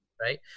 right